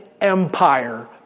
empire